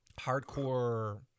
hardcore